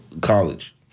college